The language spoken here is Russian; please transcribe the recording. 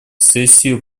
сессию